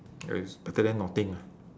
uh it's better than nothing lah